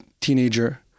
teenager